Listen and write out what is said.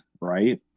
right